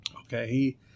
Okay